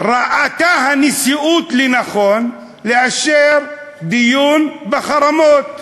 ראתה הנשיאות לנכון לאשר דיון בחרמות.